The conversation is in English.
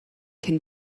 can